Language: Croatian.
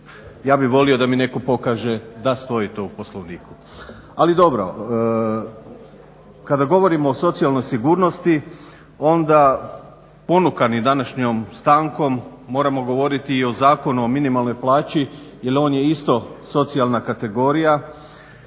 Ja bi volio da mi neko pokaže da stoji to u Poslovniku. Ali dobro, kada govorimo o socijalnoj sigurnosti onda ponukani današnjom stankom moramo govoriti i o Zakonu o minimalnoj plaći, jer on je isto socijalna kategorija.